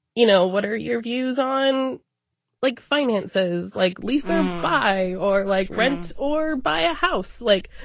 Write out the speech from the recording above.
you know, what are your views on like finances, like lisa buy or like rent or buy a house? like,